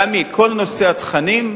גם היא: כל נושא התכנים,